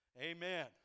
Amen